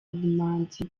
ubumanzi